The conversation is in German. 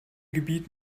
gebiet